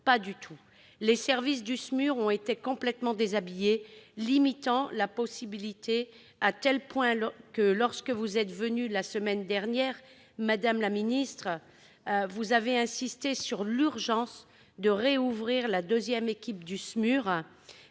pas du tout. Les services du SMUR ont été complètement déshabillés limitant la possibilité d'intervention, à tel point que, lorsque vous êtes venue la semaine dernière, madame la ministre, vous avez insisté sur l'urgence de rouvrir la deuxième équipe du SMUR,